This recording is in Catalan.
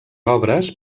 obres